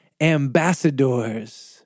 ambassadors